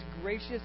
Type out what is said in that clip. gracious